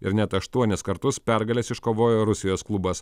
ir net aštuonis kartus pergales iškovojo rusijos klubas